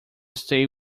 stay